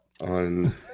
on